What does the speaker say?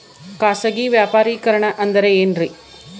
ಖಾಸಗಿ ವ್ಯಾಪಾರಿಕರಣ ಅಂದರೆ ಏನ್ರಿ?